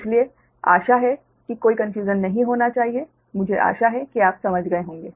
इसलिए आशा है कि कोई भ्रम नहीं होना चाहिए मुझे आशा है कि आप समझ गए होंगे